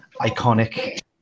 iconic